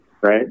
right